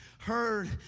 heard